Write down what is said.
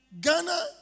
Ghana